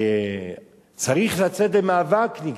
וצריך לצאת במאבק נגדם.